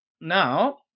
Now